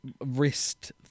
wrist